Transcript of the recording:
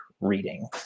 reading